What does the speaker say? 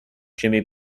jimmy